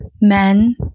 men